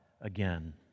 again